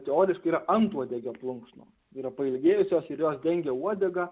teoriškai yra antuodegio plunksnos yra pailgėjusios ir jos dengia uodegą